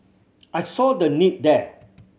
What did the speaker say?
I saw the need there